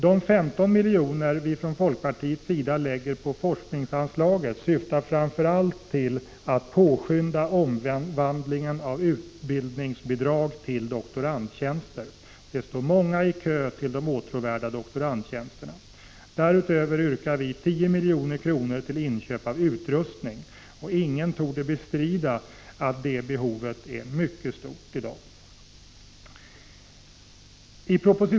De 15 miljoner som vi från folkpartiets sida vill lägga på forskningsanslaget syftar framför allt till att påskynda omvandlingen av utbildningsbidrag till doktorandtjänster. Det står många i kö till de åtråvärda doktorandtjänsterna. Därutöver yrkar vi 10 milj.kr. till inköp av utrustning. Ingen torde kunna bestrida att det behovet är mycket stort i dag.